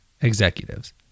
executives